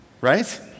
right